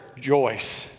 Joyce